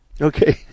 Okay